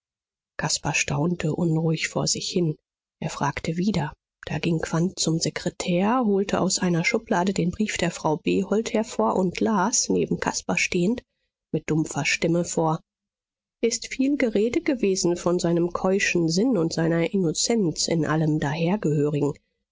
caspar staunte unruhig vor sich hin er fragte wieder da ging quandt zum sekretär holte aus einer schublade den brief der frau behold hervor und las neben caspar stehend mit dumpfer stimme vor ist viel gerede gewesen von seinem keuschen sinn und seiner innocence in allem